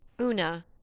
Una